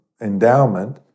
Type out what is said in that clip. endowment